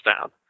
down